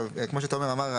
שכותרתו